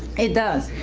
it does.